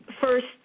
first